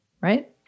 Right